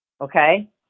Okay